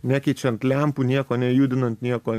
nekeičiant lempų nieko nejudinant nieko